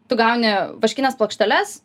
tu gauni vaškines plokšteles